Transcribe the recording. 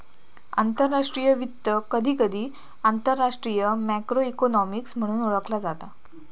आंतरराष्ट्रीय वित्त, कधीकधी आंतरराष्ट्रीय मॅक्रो इकॉनॉमिक्स म्हणून ओळखला जाता